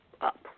up